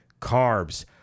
carbs